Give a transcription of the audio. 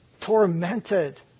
tormented